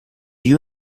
you